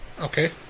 Okay